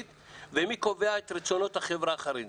ומי קובע את רצונות החברה החרדית?